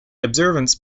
observance